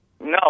No